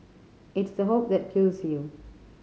it's the hope that kills you